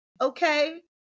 okay